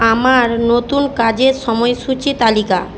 আমার নতুন কাজের সময়সূচী তালিকা